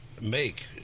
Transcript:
make